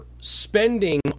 spending